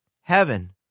heaven